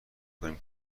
کنیم